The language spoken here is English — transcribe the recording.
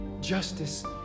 Justice